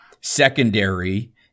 secondary